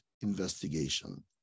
investigation